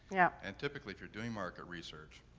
yeah. and typically, if you're doing market research,